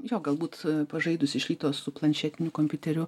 jo galbūt pažaidus iš ryto su planšetiniu kompiuteriu